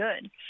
good